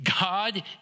God